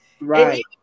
Right